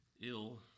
ill